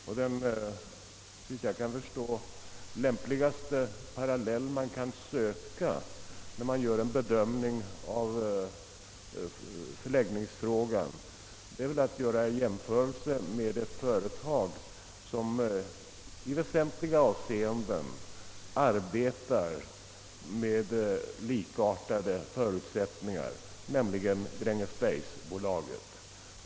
Den enligt min mening lämpligaste parallell, som man kan dra när man skall bedöma frågan om förläggningsort, är väl en jämförelse med ett företag som i väsentliga avseenden arbetar under likartade förutsättningar, nämligen Grängesbergsbolaget.